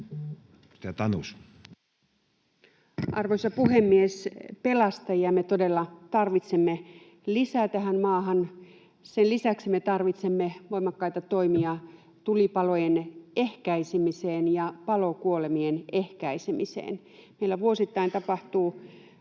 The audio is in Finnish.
Arvoisa puhemies! Pelastajia me todella tarvitsemme lisää tähän maahan. Sen lisäksi me tarvitsemme voimakkaita toimia tulipalojen ehkäisemiseen ja palokuolemien ehkäisemiseen. Meillä vuosittain tapahtuu